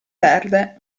verde